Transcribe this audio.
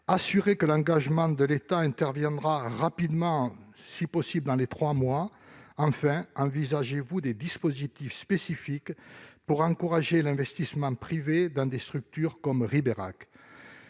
assurer que l'engagement de l'État interviendra rapidement, si possible dans les trois mois ? Enfin, envisagez-vous des dispositifs spécifiques pour encourager l'investissement privé dans des structures comme Ribérac